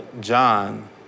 John